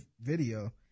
video